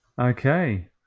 Okay